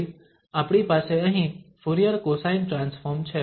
તેથી આપણી પાસે અહીં ફુરીયર કોસાઇન ટ્રાન્સફોર્મ છે